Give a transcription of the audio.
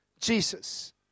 Jesus